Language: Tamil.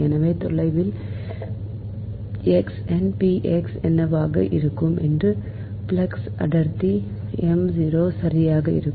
எனவே தொலைவில் x என் பி x என்னவாக இருக்கும் என்று ஃப்ளக்ஸ் அடர்த்தி சரியாக இருக்கும்